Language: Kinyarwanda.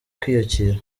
kwiyakira